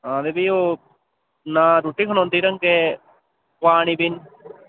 हां ते फ्ही ओह् ना रुट्टी खलोंदी ढंगै पानी बी